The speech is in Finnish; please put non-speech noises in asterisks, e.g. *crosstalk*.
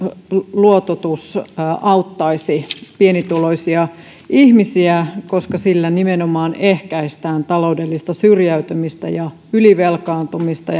luototus auttaisi pienituloisia ihmisiä koska sillä nimenomaan ehkäistään taloudellista syrjäytymistä ja ylivelkaantumista *unintelligible*